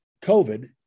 COVID